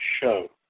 show